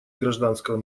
гражданского